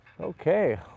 Okay